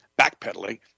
backpedaling